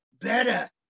better